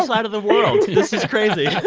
side of the world. this is crazy